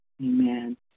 Amen